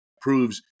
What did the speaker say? proves